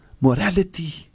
morality